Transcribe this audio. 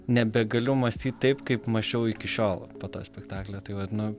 nebegaliu mąstyt taip kaip mąsčiau iki šiol po to spektaklio tai vat nu